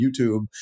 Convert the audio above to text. YouTube